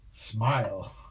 Smile